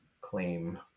claim